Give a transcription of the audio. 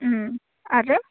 ओम आरो